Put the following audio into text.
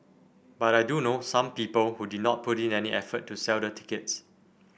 but I do know some people who did not put in any effort to sell the tickets